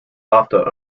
after